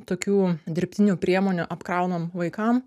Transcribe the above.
tokių dirbtinių priemonių apkraunam vaikam